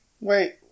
Wait